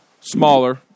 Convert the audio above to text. smaller